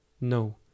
No